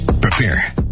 Prepare